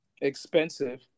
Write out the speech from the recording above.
Expensive